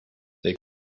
they